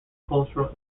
cultural